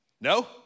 No